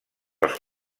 els